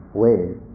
ways